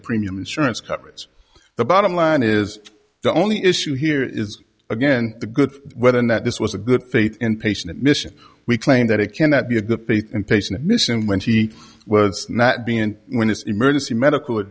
premium insurance coverage the bottom line is the only issue here is again the good weather and that this was a good faith in patient mission we claim that it cannot be a good faith and patient mission when he was not being and when this emergency medical